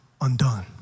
undone